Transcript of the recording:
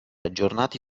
aggiornati